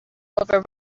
over